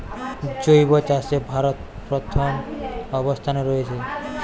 জৈব চাষে ভারত প্রথম অবস্থানে রয়েছে